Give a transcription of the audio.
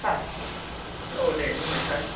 सार औ दे बुंनाय सार